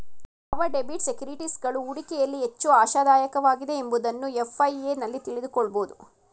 ಯಾವ ಡೆಬಿಟ್ ಸೆಕ್ಯೂರಿಟೀಸ್ಗಳು ಹೂಡಿಕೆಯಲ್ಲಿ ಹೆಚ್ಚು ಆಶಾದಾಯಕವಾಗಿದೆ ಎಂಬುದನ್ನು ಎಫ್.ಐ.ಎ ನಲ್ಲಿ ತಿಳಕೋಬೋದು